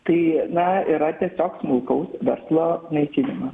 tai na yra tiesiog smulkaus verslo naikinimas